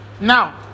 Now